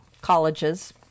colleges